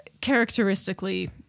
characteristically